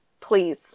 Please